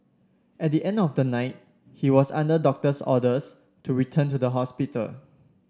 at the end of the night he was under doctor's orders to return to the hospital